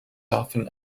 often